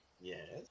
Yes